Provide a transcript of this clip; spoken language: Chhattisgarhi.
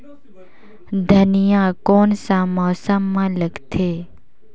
धनिया कोन सा मौसम मां लगथे?